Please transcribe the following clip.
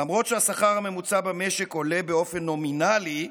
למרות שהשכר הממוצע במשק עולה באופן נומינלי,